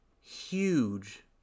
huge